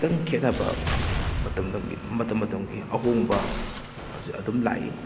ꯈꯤꯇꯪ ꯈꯦꯠꯅꯕ ꯃꯇꯝ ꯃꯇꯝꯒꯤ ꯑꯍꯣꯡꯕ ꯑꯁꯤ ꯑꯗꯨꯝ ꯂꯥꯛꯏ